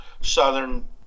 Southern